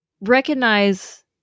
recognize